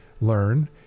learn